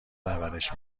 پرورش